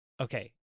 okay